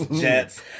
Jets